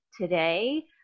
today